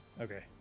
Okay